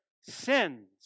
sins